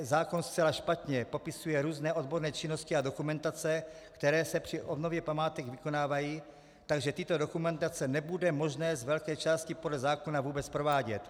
Zákon zcela špatně popisuje různé odborné činnosti a dokumentace, které se při obnově památek vykonávají, takže tyto dokumentace nebude možné z velké části podle zákona vůbec provádět.